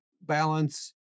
balance